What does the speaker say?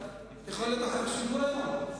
יכול להיות הלכה, היום.